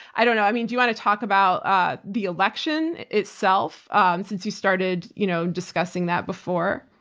i don't know, i mean, do you want to talk about ah the election itself and since you started you know discussing that before?